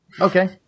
Okay